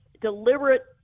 deliberate